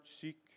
seek